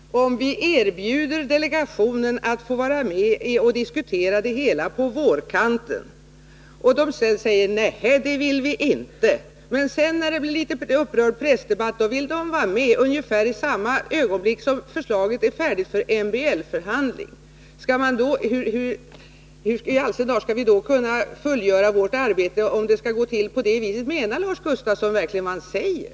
Herr talman! Först erbjuder vi delegationen att få vara med och diskutera hela förslaget på vårkanten, och man svarar: Nehej, det vill vi inte. Men sedan, när det blir en upprörd pressdebatt, vill de vara med, ungefär i samma ögonblick som förslaget är färdigt för MBL-förhandlingar. Hur i all sin dar skall vi kunna fullgöra vårt arbete, om det skall gå till på det viset? Menar Lars Gustafsson verkligen vad han säger?